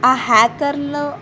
ఆ హ్యాకర్ల